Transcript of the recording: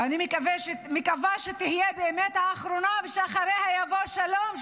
ואני מקווה שהיא תהיה באמת האחרונה ושאחריה יבוא שלום,